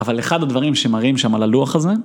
אבל אחד הדברים שמראים שם על הלוח הזה...